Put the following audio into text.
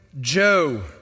Joe